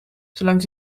zolang